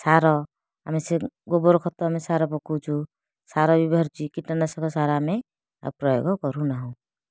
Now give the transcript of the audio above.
ସାର ଆମେ ସେ ଗୋବର ଖତ ଆମେ ସାର ପକାଉଛୁ ସାର ବି ବାହାରୁଛି କୀଟନାଶକ ସାର ଆମେ ଆଉ ପ୍ରୟୋଗ କରୁନାହୁଁ